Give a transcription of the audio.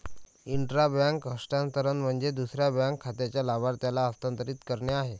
intra bank हस्तांतरण म्हणजे दुसऱ्या बँक खात्याच्या लाभार्थ्याला हस्तांतरित करणे आहे